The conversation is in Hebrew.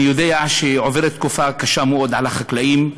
אני יודע שעוברת תקופה קשה מאוד על החקלאים.